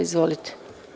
Izvolite.